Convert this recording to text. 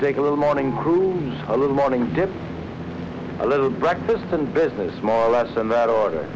take a little morning crew a little morning dip a little breakfast and business more or less in that order